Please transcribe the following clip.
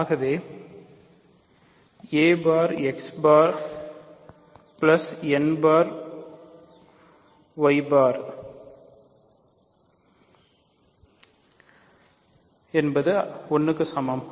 அகவே a பார் x பார் n பார் y பார் 1 க்கு சமம்